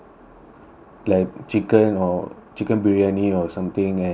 like chicken or chicken briyani or something and like